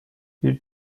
ils